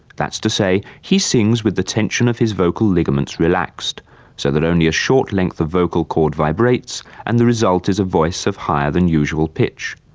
to say, he sings with the tension of his vocal ligaments relaxed so that only a short length of vocal cord vibrates and the result is a voice of higher than usual pitch.